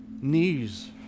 knees